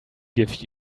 give